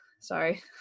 sorry